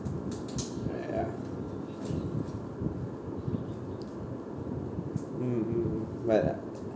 ya mm mm mm but uh